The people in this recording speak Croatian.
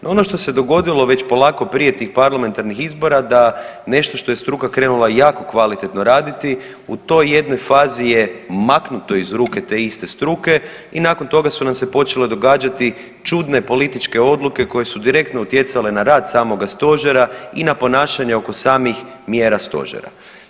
No, ono što se dogodilo već polako prije tih parlamentarnih izbora da nešto što je struka krenula jako kvalitetno raditi, u toj jednoj fazi je maknuto iz ruke te iste struke i nakon toga su nam se počele događati čudne političke odluke koje su direktno utjecale na rad samoga Stožera i na ponašanja oko samih mjera Stožera.